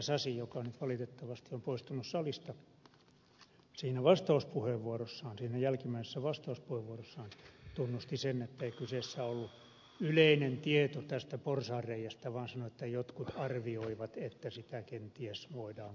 sasi joka nyt valitettavasti on poistunut salista jälkimmäisessä vastauspuheenvuorossaan tunnusti sen ettei kyseessä ollut yleinen tieto tästä porsaanreiästä vaan sanoi että jotkut arvioivat että sitä kenties voidaan kiertää